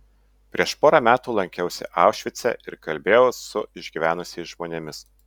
prieš porą metų lankiausi aušvice ir kalbėjau su išgyvenusiais žmonėmis